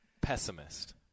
pessimist